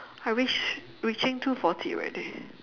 I reach reaching two forty already